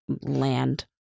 land